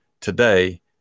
today